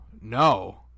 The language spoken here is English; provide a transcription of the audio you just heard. no